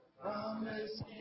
Promise